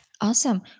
Awesome